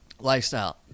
Lifestyle